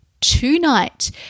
tonight